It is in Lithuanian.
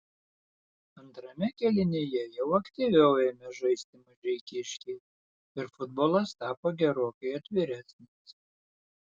antrame kėlinyje jau aktyviau ėmė žaisti mažeikiškiai ir futbolas tapo gerokai atviresnis